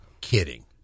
Kidding